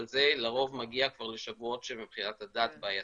אבל זה לרוב מגיע כבר לשבועות שמבחינת הדת זה כבר בעייתי.